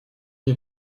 мне